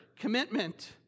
commitment